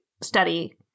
study